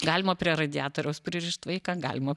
galima prie radiatoriaus pririšt vaiką galima